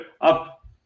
up